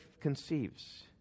conceives